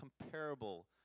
comparable